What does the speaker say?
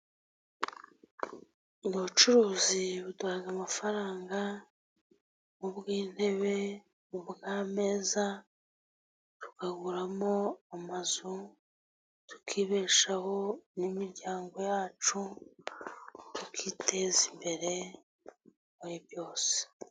Ubucuruzi buduha amafaranga. Ubw'intebe, ubw'ameza tukaguramo amazu, tukibeshaho n'imiryango yacu, tukiteza imbere muri byose.